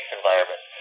environment